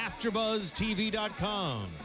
AfterBuzzTV.com